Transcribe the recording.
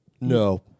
No